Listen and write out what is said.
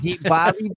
Bobby